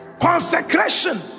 Consecration